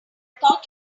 thought